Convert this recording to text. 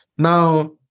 Now